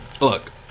Look